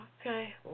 Okay